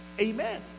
amen